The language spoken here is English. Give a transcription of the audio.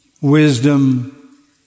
wisdom